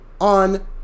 on